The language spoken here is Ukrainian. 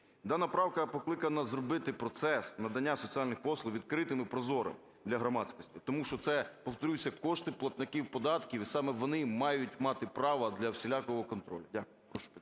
Дана правка покликана зробити процес надання соціальних послуг відкритим і прозорим для громадськості, тому що це, повторюся, кошти платників податків, і саме вони мають мати право для всілякого контролю. Дякую.